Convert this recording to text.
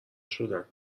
شدن